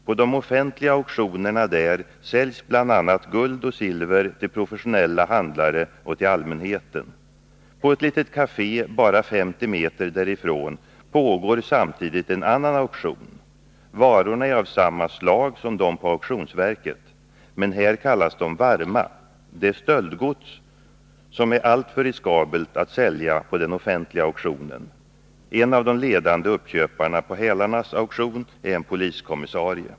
På de offentliga auktionerna där säljs bland annat guld och silver till professionella handlare och till allmänheten. På ett litet kafé, bara 50 meter därifrån, pågår samtidigt en annan auktion. Varorna är av samma slag som dem på auktionsverket. Men här kallas de ”varma”. Det är stöldgods — som är allt för riskabelt att sälja på den offentliga auktionen. En av de ledande uppköparna på hälarnas auktion är en poliskommissarie.